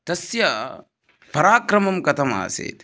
तस्य पराक्रमः कथमासीत्